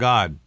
God